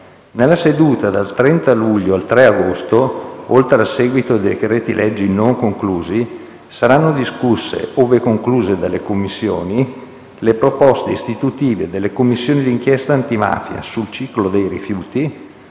Nella settimana dal 30 luglio al 3 agosto, oltre al seguito dei decreti-legge non conclusi, saranno discusse, ove concluse dalle Commissioni, le proposte istitutive di Commissioni di inchiesta Antimafia, sul ciclo dei rifiuti,